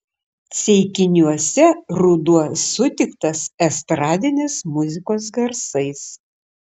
ceikiniuose ruduo sutiktas estradinės muzikos garsais